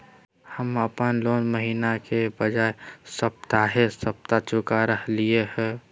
हम अप्पन लोन महीने के बजाय सप्ताहे सप्ताह चुका रहलिओ हें